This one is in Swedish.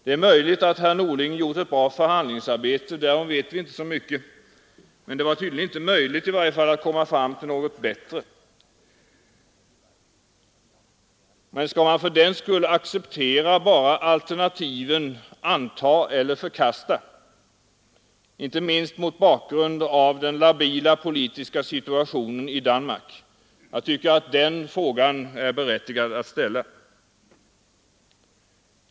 Det är möjligt att herr Norling gjort ett bra förhandlingsarbete — därom vet vi inte så mycket — men det var tydligen inte möjligt att komma fram till något bättre. Men skall man fördenskull acceptera att bara ha alternativen ”anta eller förkasta”? Jag ställer denna fråga inte minst mot bakgrund av den labila politiska situationen i Danmark. Jag tycker att det är berättigat att ställa den frågan.